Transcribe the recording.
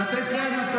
אנחנו צבא העם.